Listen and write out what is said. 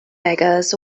beggars